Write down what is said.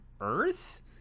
Earth